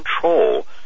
control